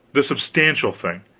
the substantial thing,